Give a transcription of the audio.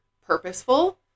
purposeful